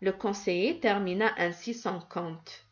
le conseiller termina ainsi son conte